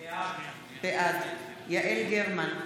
בעד יעל גרמן,